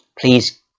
Please